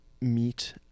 meet